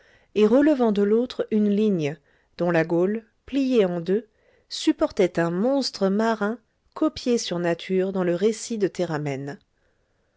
et relevant de l'autre une ligne dont la gaule pliée en deux supportait un monstre marin copié sur nature dans le récit de